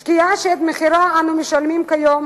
שקיעה שאת מחירה אנו משלמים כיום